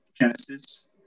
Genesis